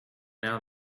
now